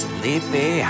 Sleepy